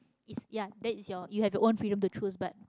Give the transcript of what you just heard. is ya that is your you have your own freedom to choose but